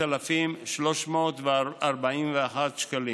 5,341 שקלים.